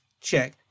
Check